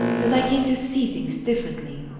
that i came to see things differently.